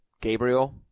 Gabriel